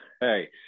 Hey